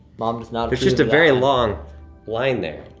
mom's not there's just a very long line there